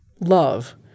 love